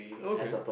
okay